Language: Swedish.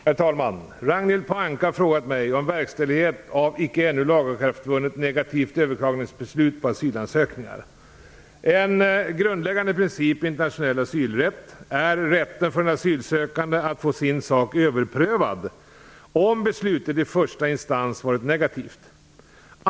Herr talman! Ragnhild Pohanka har frågat mig om verkställighet av icke ännu lagakraftvunnet negativt överklagandebeslut på asylansökningar. En grundläggande princip i internationell asylrätt är rätten för en asylsökande att få sin sak överprövad om beslutet i första instans varit negativt.